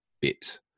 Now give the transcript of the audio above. bit